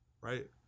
right